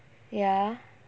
ya